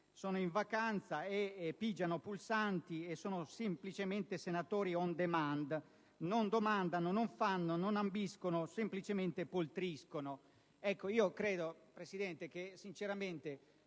sono in vacanza, pigiano pulsanti e sono semplicemente senatori *on* *demand*: non domandano, non fanno, non ambiscono, semplicemente poltriscono.